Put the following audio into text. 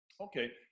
Okay